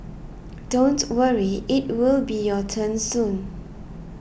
don't worry it will be your turn soon